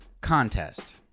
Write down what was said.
contest